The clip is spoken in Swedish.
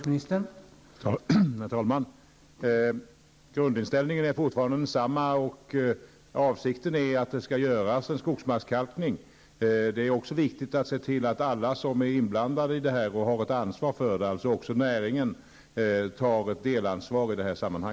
Herr talman! Grundinställningen är fortfarande densamma. Avsikten är att det skall göras en skogsmarkskalkning. Det är också viktigt att se till att alla inblandade, även näringen, tar sitt ansvar.